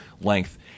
length